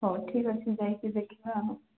ହଉ ଠିକ୍ ଅଛି ଯାଇକି ଦେଖିବା ଆଉ